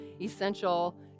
essential